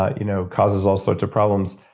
ah you know causes all sorts of problems.